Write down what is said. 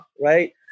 right